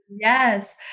Yes